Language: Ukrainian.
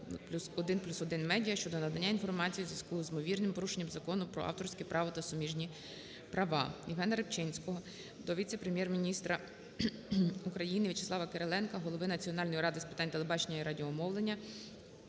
1+1 медіа" щодо надання інформації в зв'язку з ймовірним порушенням Закону України "Про авторське право та суміжні права".